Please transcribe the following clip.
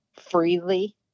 Freely